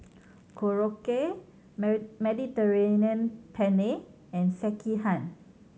Korokke Mediterranean Penne and Sekihan